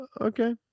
okay